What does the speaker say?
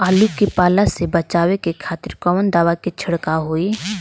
आलू के पाला से बचावे के खातिर कवन दवा के छिड़काव होई?